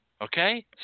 Okay